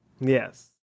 Yes